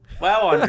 Wow